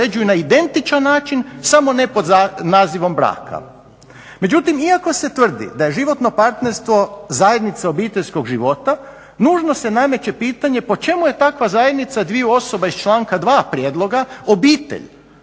uređuju na identičan način, samo ne pod nazivom braka. Međutim, iako se tvrdi da je životno partnerstvo zajednica obiteljskog života nužno se nameće pitanje po čemu je takva zajednica dviju osoba iz članka 2. prijedloga obitelj